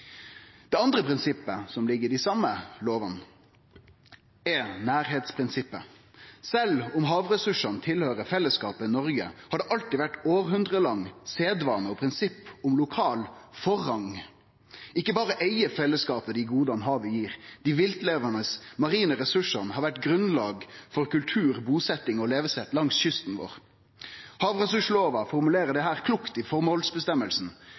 Det andre prinsippet, som ligg i dei same lovane, er nærleiksprinsippet. Sjølv om havressursane høyrer til fellesskapet Noreg, har det alltid vore hundreårlang sedvane og prinsipp om lokal forrang. Ikkje berre eig fellesskapet dei goda som havet gir – dei viltlevande marine ressursane har vore grunnlag for kultur, busetjing og levesett langs kysten vår. Havressursloven formulerer dette klokt i